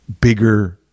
bigger